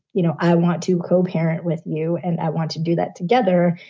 you know, i want to co parent with you and i want to do that together,